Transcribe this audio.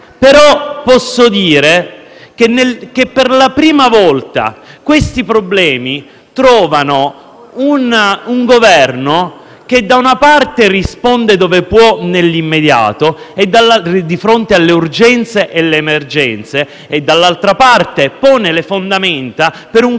Però posso dire che, per la prima volta, questi problemi trovano un Governo che da una parte risponde dove può nell'immediato, di fronte alle urgenze e alle emergenze, e dall'altra parte pone le fondamenta per un